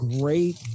great